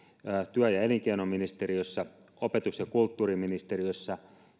työ ja elinkeinoministeriössä opetus ja kulttuuriministeriössä